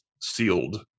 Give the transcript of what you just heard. sealed